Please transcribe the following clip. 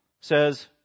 says